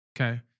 okay